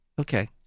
Okay